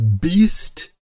Beast